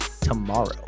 tomorrow